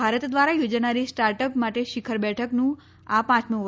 ભારત દ્વારા યોજાનારી startup માટે શિખર બેઠકનું આ પાંચમું વર્ષ છે